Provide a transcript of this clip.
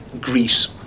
Greece